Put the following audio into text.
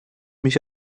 mich